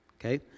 Okay